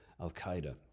Al-Qaeda